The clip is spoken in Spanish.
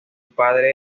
padre